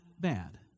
bad